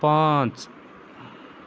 پانٛژھ